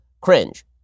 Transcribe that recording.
cringe